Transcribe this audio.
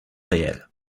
réelles